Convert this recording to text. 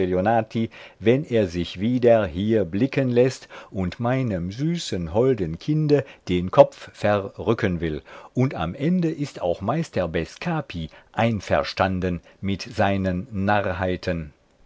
wenn er sich wieder hier blicken läßt und meinem süßen holden kinde den kopf verrücken will und am ende ist auch meister bescapi einverstanden mit seinen